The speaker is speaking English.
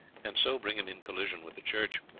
and so bring him in collision with the church.